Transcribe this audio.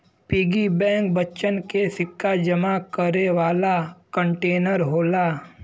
piggy bank बच्चन के सिक्का जमा करे वाला कंटेनर होला